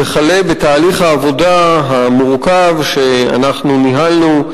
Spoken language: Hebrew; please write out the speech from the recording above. וכלה בתהליך העבודה המורכב שאנחנו ניהלנו,